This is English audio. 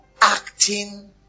acting